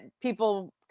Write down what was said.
people